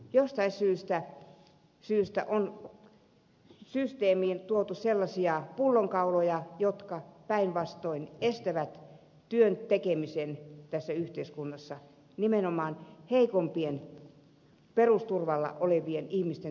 jostain syystä on systeemiin tuotu sellaisia pullonkauloja jotka päinvastoin estävät työn tekemisen tässä yhteiskunnassa nimenomaan heikoimpien perusturvalla olevien ihmisten työn tekemisen